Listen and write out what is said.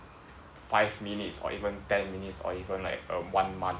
five minutes or even ten minutes or even like um one month